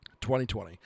2020